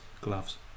gloves